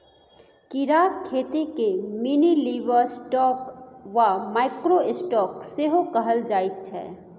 कीड़ाक खेतीकेँ मिनीलिवस्टॉक वा माइक्रो स्टॉक सेहो कहल जाइत छै